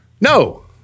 No